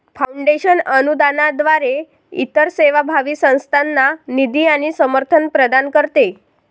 foundation अनुदानाद्वारे इतर सेवाभावी संस्थांना निधी आणि समर्थन प्रदान करते